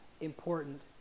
important